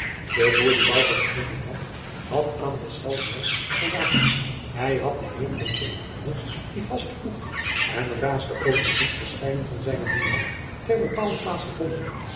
de boer dien bouke gezonden had had aan deszelfs wensch voldaan hij had den heer van sonheuvel die vast vloekte en raasde over het niet verschijnen van zijnen dienaar ter bepaalde plaats gevonden